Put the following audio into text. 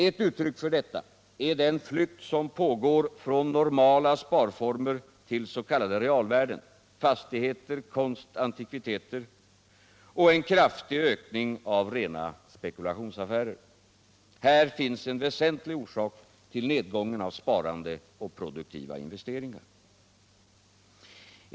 Ett uttryck för detta är den flykt som pågår från normala sparformer till s.k. realvärden — fastigheter, konst, antikviteter — och en kraftig ökning av rena spekulationsaffärer. Här finns en väsentlig orsak till nedgången i sparande och produktiva investeringar.